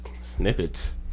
snippets